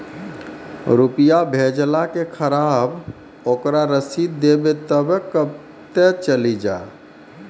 रुपिया भेजाला के खराब ओकरा रसीद देबे तबे कब ते चली जा?